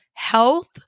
Health